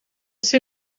ser